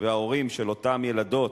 וההורים, של אותן ילדות,